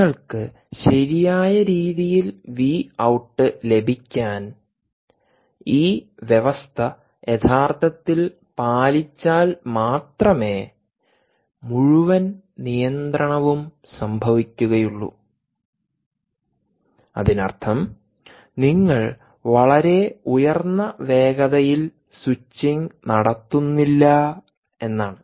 നിങ്ങൾക്ക് ശരിയായ രീതിയിൽ വി ഔട്ട് ലഭിക്കാൻ ഈ വ്യവസ്ഥ യഥാർത്ഥത്തിൽ പാലിച്ചാൽ മാത്രമേ മുഴുവൻ നിയന്ത്രണവും സംഭവിക്കുകയുള്ളൂ അതിനർത്ഥം നിങ്ങൾ വളരെ ഉയർന്ന വേഗതയിൽ സ്വിച്ചിങ് നടത്തുന്നില്ല എന്നാണ്